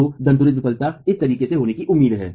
तो दन्तुरित विफलता इस तरीके से होने की उम्मीद है